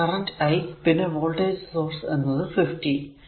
ഇവിടെ current I പിന്നെ voltage source എന്നത് 50